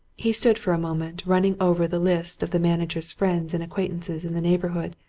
he stood for a moment, running over the list of the manager's friends and acquaintances in the neighbourhood,